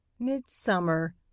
Midsummer